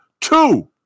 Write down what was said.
Two